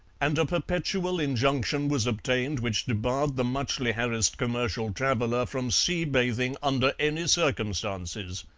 and a perpetual injunction was obtained which debarred the muchly harassed commercial traveller from sea bathing under any circumstances.